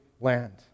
land